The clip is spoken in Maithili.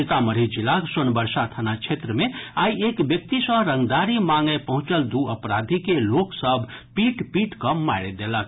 सीतामढ़ी जिलाक सोनबरसा थाना क्षेत्र मे आइ एक व्यक्ति सँ रंगदारी मांगय पहुंचल दू अपराधी के लोक सभ पीट पीटकऽ मारि देलक